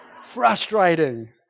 Frustrating